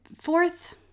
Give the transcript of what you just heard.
fourth